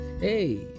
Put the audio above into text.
Hey